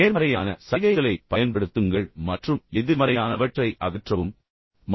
நேர்மறையான சைகைகளைப் பயன்படுத்துங்கள் மற்றும் எதிர்மறையானவற்றை அகற்றவும் என்ன நடக்கும்